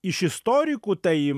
iš istorikų tai